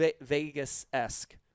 Vegas-esque